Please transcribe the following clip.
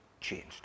changed